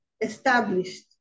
established